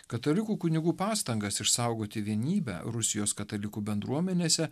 katalikų kunigų pastangas išsaugoti vienybę rusijos katalikų bendruomenėse